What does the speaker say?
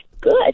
good